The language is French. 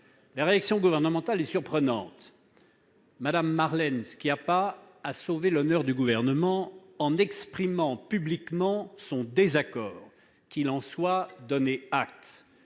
La réaction gouvernementale est surprenante. Mme Marlène Schiappa a sauvé l'honneur du Gouvernement en exprimant publiquement son désaccord. Qu'il en soit donné acte